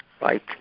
right